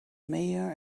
mayor